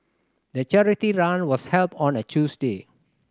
the charity run was held on a Tuesday